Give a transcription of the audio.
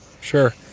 Sure